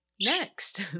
next